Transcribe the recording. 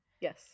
Yes